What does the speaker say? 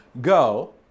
Go